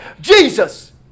Jesus